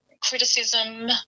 criticism